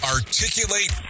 Articulate